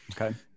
okay